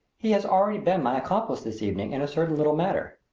he has already been my accomplice this evening in a certain little matter.